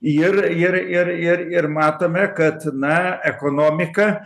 ir ir ir ir ir matome kad na ekonomika